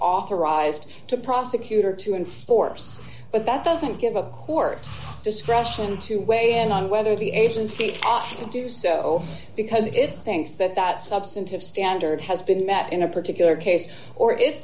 authorized to prosecutor to enforce but that doesn't give a court discretion to weigh in on whether the agency to do so because it thinks that that substantive standard has been met in a particular case or i